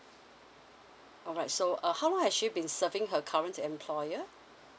alright so uh how long has she been serving her current employer